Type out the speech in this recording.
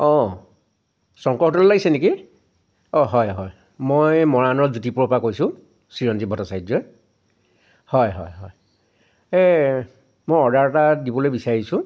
অ' Shankar hotel লাগিছে নেকি অ' হয় হয় মই মৰাণৰ জ্যোতিপুৰৰ পৰা কৈছোঁ চিৰঞ্জীৱ ভট্টাচাৰ্য্যই হয় হয় হয় এই মই অৰ্ডাৰ এটা দিবলৈ বিচাৰিছোঁ